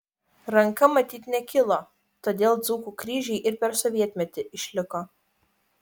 ranka matyt nekilo todėl dzūkų kryžiai ir per sovietmetį išliko